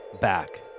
back